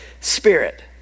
Spirit